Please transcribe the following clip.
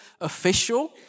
official